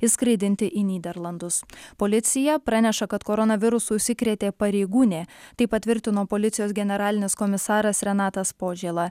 išskraidinti į nyderlandus policija praneša kad koronavirusu užsikrėtė pareigūnė tai patvirtino policijos generalinis komisaras renatas požėla